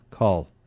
Call